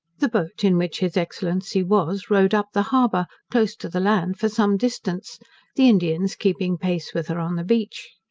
the boat in which his excellency was, rowed up the harbour, close to the land, for some distance the indians keeping pace with her on the beach.